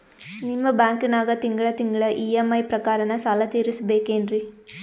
ನಿಮ್ಮ ಬ್ಯಾಂಕನಾಗ ತಿಂಗಳ ತಿಂಗಳ ಇ.ಎಂ.ಐ ಪ್ರಕಾರನ ಸಾಲ ತೀರಿಸಬೇಕೆನ್ರೀ?